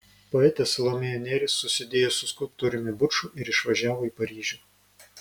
poetė salomėja nėris susidėjo su skulptoriumi buču ir išvažiavo į paryžių